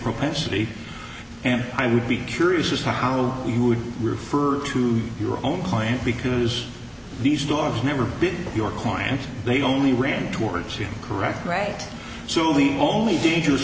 propensity and i would be curious as to how you would refer to your own client we can use these dogs never been your client they only ran towards you correct right so we only dangerous